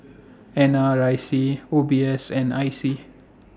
N R IC O B S and I C